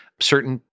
certain